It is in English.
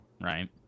right